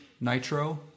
nitro